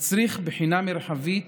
מצריך בחינה מרחבית